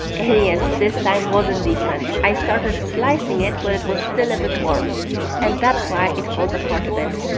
and yes, this time wasn't different. i started slicing it when it was still a bit warm and that's why it falls apart a bit.